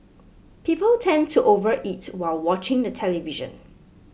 people tend to overeat while watching the television